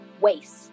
waste